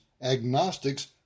agnostics